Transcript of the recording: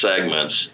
segments